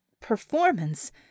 performance